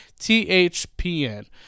THPN